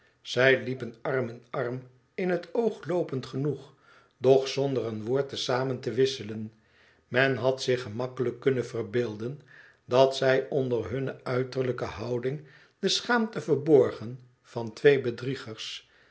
zij liepen arm in arm in het oog loopend genoeg doch zonder een woord te zamen te wisselen men had zich gemakkelijk kunnen verbeelden dat zij onder hunne uiterlijke houding de schaamte verborgen van twee bedriegers